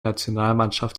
nationalmannschaft